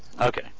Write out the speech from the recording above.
Okay